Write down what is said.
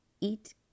eat